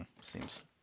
Seems